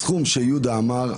הסכום שיהודה אמר,